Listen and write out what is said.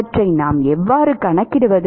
அவற்றை நாம் எவ்வாறு கணக்கிடுவது